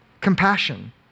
compassion